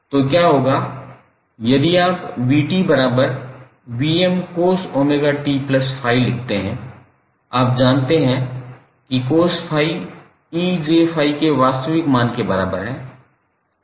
तो क्या होगा यदि आप 𝑣𝑡𝑉𝑚cos𝜔𝑡∅ लिखते हैं आप जानते हैं कि cos∅ 𝑒𝑗∅ के वास्तविक मान के बराबर है